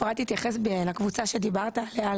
אפרת תתייחס לקבוצה שדיברת עליה,